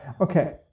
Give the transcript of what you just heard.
Okay